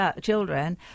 children